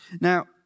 Now